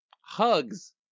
Hugs